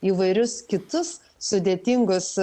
įvairius kitus sudėtingus